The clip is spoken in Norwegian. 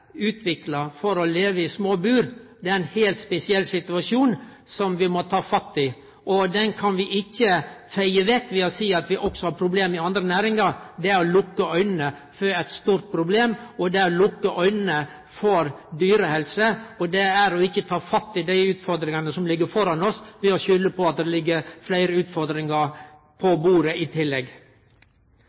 utvikla for å leve i små bur, er ein heilt spesiell situasjon som vi må ta fatt i. Det kan vi ikkje feie vekk med å seie at vi også har problem i andre næringar. Det er å lukke auga for eit stort problem, det er å lukke auga for dyrehelse, og det er å ikkje ta tak i dei utfordringane som ligg framføre oss, å skulde på at det ligg fleire utfordringar på bordet i tillegg.